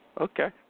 Okay